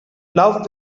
love